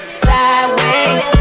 sideways